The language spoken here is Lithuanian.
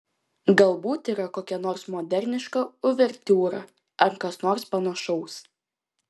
galbūt yra kokia nors moderniška uvertiūra ar kas nors panašaus